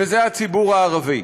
וזה הציבור הערבי.